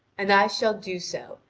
and i shall do so,